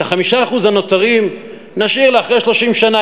את 5% הנותרים נשאיר לאחרי 30 שנה,